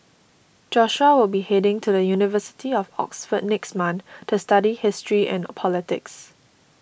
Joshua will be heading to the University of Oxford next month to study history and politics